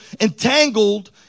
entangled